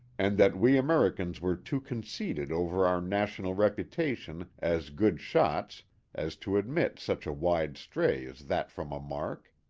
and that we americans were too conceited over our national reputation as good shots as to admit such a wide stray as that from a mark.